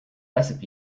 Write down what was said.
recipe